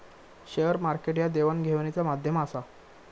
share market ह्या देवघेवीचा माध्यम आसा